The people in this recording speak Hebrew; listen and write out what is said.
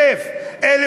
1,000?